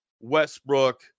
Westbrook